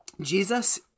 Jesus